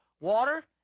Water